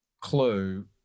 clue